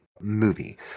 movie